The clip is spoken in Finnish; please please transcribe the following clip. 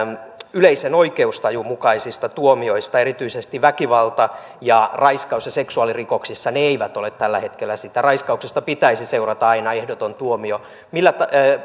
yleisen oikeustajun mukaisista tuomioista erityisesti väkivalta raiskaus ja seksuaalirikoksissa ne eivät vastaa tällä hetkellä sitä raiskauksesta pitäisi seurata aina ehdoton tuomio millä